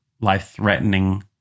life-threatening